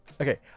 Okay